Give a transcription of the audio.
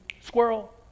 squirrel